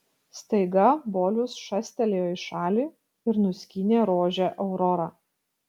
staiga bolius šastelėjo į šalį ir nuskynė rožę aurora